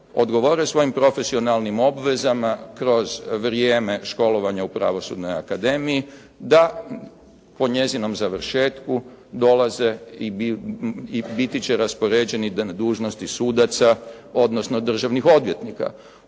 odgovore svojim profesionalnim obvezama kroz vrijeme školovanja u Pravosudnoj akademiji da po njezinom završetku dolaze i biti će raspoređeni na dužnosti sudaca, odnosno državnih odvjetnika.